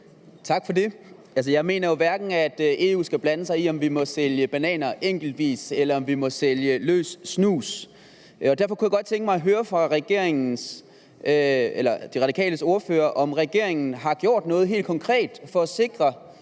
Tak for det. Altså, jeg mener jo, at EU hverken skal blande sig i, om vi må sælge bananer enkeltvis, eller om vi må sælge løs snus. Derfor kunne jeg godt tænke mig at spørge De Radikales ordfører, om regeringen har gjort noget helt konkret for, at vi